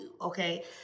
okay